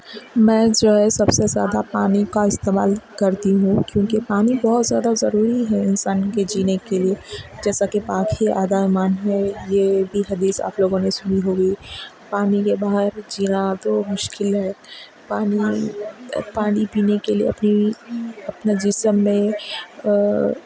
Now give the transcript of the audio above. میں جو ہے سب سے زیادہ پانی کا استعمال کرتی ہوں کیونکہ پانی بہت زیادہ ضروری ہے انسان کے جینے کے لیے جیسا کہ پاکی آدھا ایمان ہے یہ بھی حدیث آپ لوگوں نے سنی ہوگی پانی کے بغیر جینا تو مشکل ہے پانی پانی پینے کے لیے اپنی اپنا جسم میں